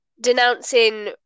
denouncing